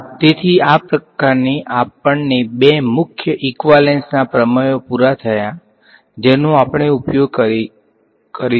તેથી આ પ્રકારની આપણને બે મુખ્ય ઈકવાલેંસના પ્રમેયનો પુરા થયા જેનો આપણે ઉપયોગ કરીએ કરીશુ